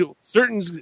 certain –